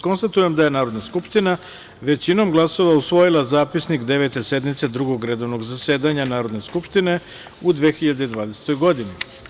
Konstatujem da je Narodna skupština većinom glasova usvojila Zapisnik Devete sednice Drugog redovnog zasedanja Narodne skupštine u 2020. godini.